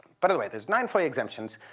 but anyway, there are nine foia exemptions,